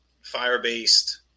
fire-based